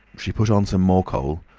she put on some more coal,